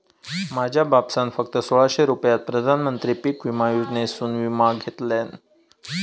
माझ्या बापसान फक्त सोळाशे रुपयात प्रधानमंत्री पीक विमा योजनेसून विमा घेतल्यान